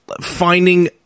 finding